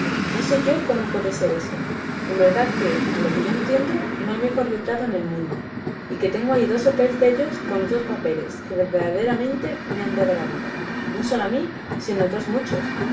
no sé yo cómo puede ser eso que en verdad que a lo que yo entiendo no hay mejor letrado en el mundo y que tengo ahí dos o tres dellos con otros papeles que verdaderamente me han dado la vida no sólo a mí sino a otros muchos